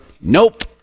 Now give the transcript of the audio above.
nope